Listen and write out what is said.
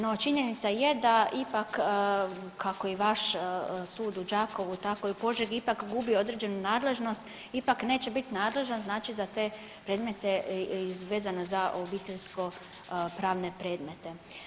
No, činjenica je da ipak kako i vaš sud u Đakovu tako i u Požegi ipak gubi određenu nadležnost, ipak neće biti nadležan znači za te predmete vezano za obiteljsko pravne predmete.